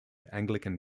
anglican